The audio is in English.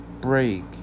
break